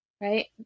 right